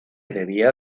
debía